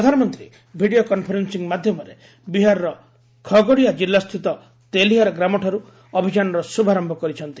ପ୍ରଧାନମନ୍ତ୍ରୀ video conferencing ମାଧ୍ୟମରେ ବିହାରର ଖଗଡିଆ କିଲ୍ଲାସ୍ଥିତ ତେଲିହାର ଗ୍ରାମଠାରୁ ଅଭିଯାନର ଶୁଭାରମ୍ଭ କରିଛନ୍ତି